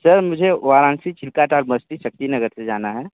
sir मुझे वाराणसी चिलकादाड बस्ती शक्तिनगर से जाना है